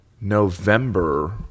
November